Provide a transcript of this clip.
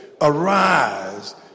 Arise